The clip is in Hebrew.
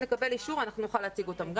ואם נקבל אישור אנחנו נוכל להציג אותם גם.